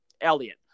Elliot